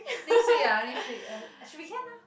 next week ah next week I should be can lah